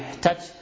touch